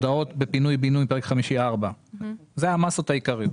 והודעות בפינוי-בינוי בפרק 5(4). אלה המסות העיקריות.